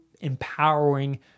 empowering